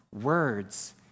words